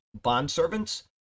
Bondservants